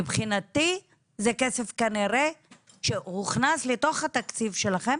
מבחינתי זה כסף שהוכנס לתוך התקציב שלכם